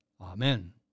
Amen